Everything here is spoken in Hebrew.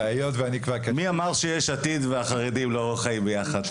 מי אמר שיש עתיד והחרדים לא חיים ביחד?